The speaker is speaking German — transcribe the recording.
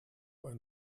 bei